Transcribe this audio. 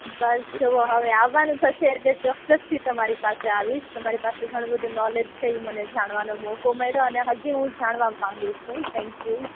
બસ જોવો હવે આવાનું થસે એટલે ચોક્કસથી તમારી પાસે આવીશ તમારી પાસે ઘણું બધું નોલેજ છે ઈ મને જાણવાનો મોકો મયળો અને હજી હું જાણવા માગું છું થેન્ક યુ